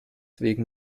wegen